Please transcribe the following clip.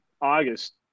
August